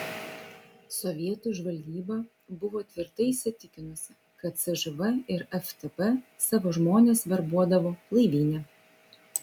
sovietų žvalgyba buvo tvirtai įsitikinusi kad cžv ir ftb savo žmones verbuodavo laivyne